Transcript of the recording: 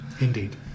Indeed